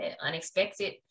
unexpected